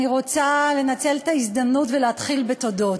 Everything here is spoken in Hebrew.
אני רוצה לנצל את ההזדמנות ולהתחיל בתודות.